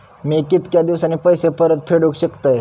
मी कीतक्या दिवसांनी पैसे परत फेडुक शकतय?